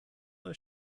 euch